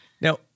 now